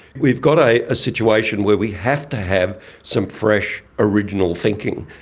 we've got a situation where we have to have some fresh, original thinking.